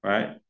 Right